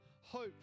hope